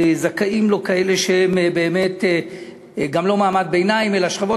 זכאים לו כאלה שהם לא מעמד ביניים אלא שכבות